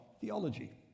theology